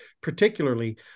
particularly